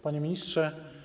Panie Ministrze!